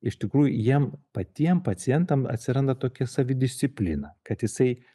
iš tikrųjų jiem patiem pacientam atsiranda tokia savidisciplina kad jisai